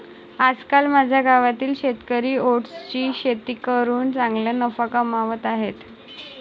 आजकाल माझ्या गावातील शेतकरी ओट्सची शेती करून चांगला नफा कमावत आहेत